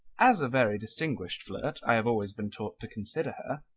as a very distinguished flirt i have always been taught to consider her,